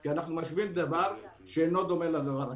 כי אנחנו משווים דבר שאינו דומה לדבר השני.